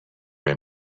him